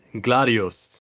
Gladius